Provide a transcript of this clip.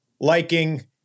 liking